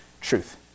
truth